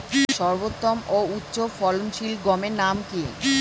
সর্বোত্তম ও উচ্চ ফলনশীল গমের নাম কি?